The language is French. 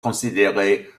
considéré